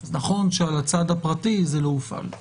נכון שעל הצד הפרטי זה לא הופעל.